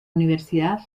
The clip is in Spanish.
universidad